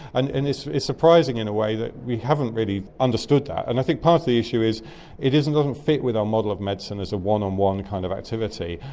and and it's it's surprising in a way that we haven't really understood that, and i think part of the issue is it isn't going to fit with our model of medicine as a one-on-one kind of activity.